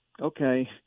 okay